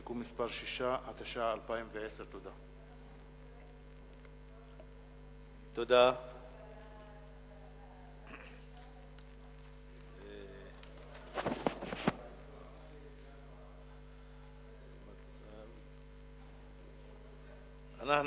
(תיקון מס' 6), התש"ע 2010. תודה.